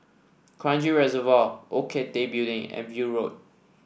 Kranji Reservoir Old Cathay Building and View Road